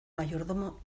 mayordomo